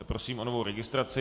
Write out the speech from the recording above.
Prosím o novou registraci.